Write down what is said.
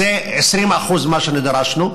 אז זה 20% ממה שדרשנו.